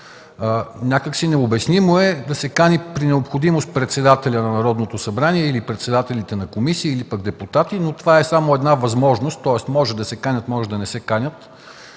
закон. Необяснимо е да се кани при необходимост председателят на Народното събрание, председатели на комисии или депутати, но това е само възможност – могат да се канят, могат и да не се канят.